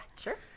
sure